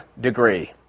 degree